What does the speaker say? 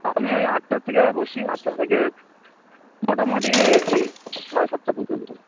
আমি ওই আটটা থেকে বসি আটটা থেকে মোটামুটি ওই সাড়ে সাতটা পর্যন্ত